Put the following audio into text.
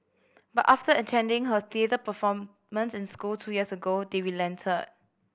but after attending her theatre performance in school two years ago they relented